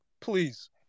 please